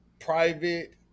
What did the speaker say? private